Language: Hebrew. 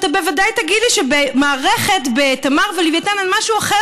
אתה בוודאי תגיד לי שהמערכות בתמר ולווייתן הן משהו אחר